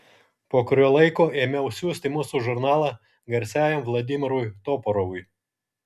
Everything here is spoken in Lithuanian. po kurio laiko ėmiau siųsti mūsų žurnalą garsiajam vladimirui toporovui